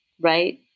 right